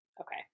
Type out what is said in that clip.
okay